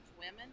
Women